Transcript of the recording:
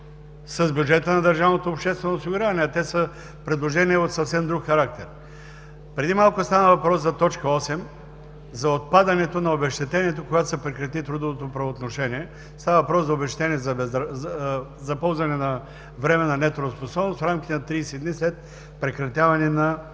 с бюджета на държавното обществено осигуряване, а те са предложения от съвсем друг характер. Преди малко стана въпрос за т. 8 – за отпадането на обезщетението, когато се прекрати трудовото правоотношение. Става въпрос за обезщетение за ползване на временна нетрудоспособност в рамките на 30 дни след прекратяване на